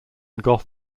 gogh